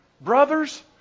brothers